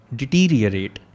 deteriorate